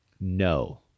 no